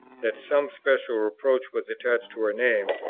that some special reproach was attached to her name,